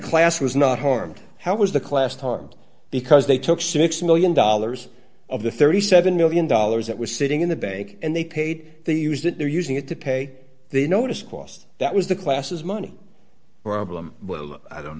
class was not harmed how was the class harmed because they took six million dollars of the thirty seven million dollars that was sitting in the bank and they paid the use that they're using it to pay they noticed cost that was the classes money or album but i don't